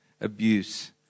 abuse